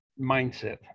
mindset